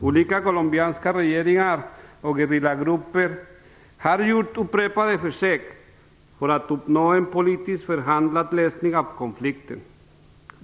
Olika colombianska regeringar och gerillagrupper har gjort upprepade försök att uppnå en politiskt framförhandlad lösning av konflikten.